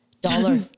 Dollar